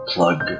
Plug